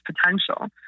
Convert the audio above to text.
potential